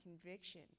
conviction